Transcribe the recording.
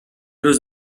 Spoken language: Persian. روز